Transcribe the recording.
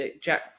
Jack